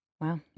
Wow